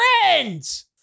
friends